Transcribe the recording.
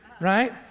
right